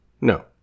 No